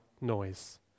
noise